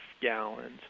gallons